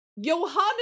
johannes